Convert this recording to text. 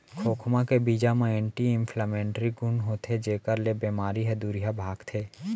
खोखमा के बीजा म एंटी इंफ्लेमेटरी गुन होथे जेकर ले बेमारी ह दुरिहा भागथे